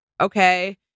okay